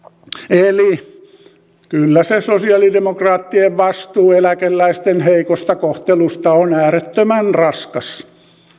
eli kyllä se sosiaalidemokraattien vastuu eläkeläisten heikosta kohtelusta on äärettömän raskas